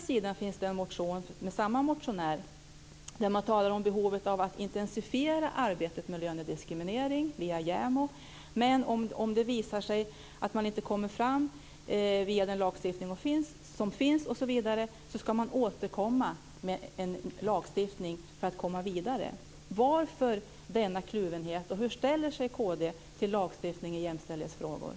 Sedan finns det en motion från samme motionär som talar om behovet av att intensifiera arbetet mot lönediskriminering via JämO, men om det visar sig att det inte går att komma fram via lagstiftningen ska man återkomma med ny lagstiftning för att gå vidare. Varför denna kluvenhet? Hur ställer sig kd till lagstiftning i jämställdhetsfrågor?